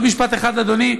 עוד משפט אחד, אדוני.